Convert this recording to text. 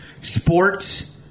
sports